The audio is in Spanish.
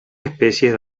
especies